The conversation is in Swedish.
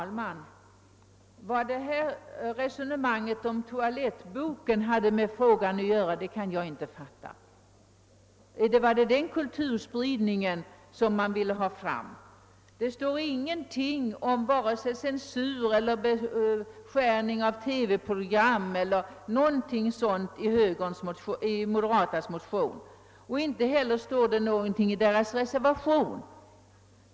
Herr talman! Vad resonemanget om toalettboken har att göra med frågan kan jag inte fatta. Var det den kultur spridningen man ville ha fram? Det står ingenting om censur, beskärning av TV-program e. d. i de moderatas motion och inte heller i deras reservation.